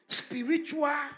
spiritual